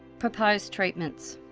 proposed treatments,